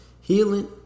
healing